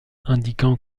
indiquant